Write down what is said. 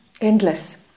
Endless